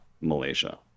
Malaysia